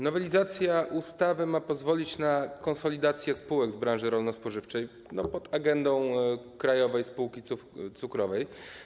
Nowelizacja ustawy ma pozwolić na konsolidację spółek z branży rolno-spożywczej pod agendą Krajowej Spółki Cukrowej.